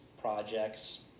projects